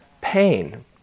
pain